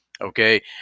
Okay